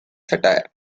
satire